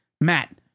Matt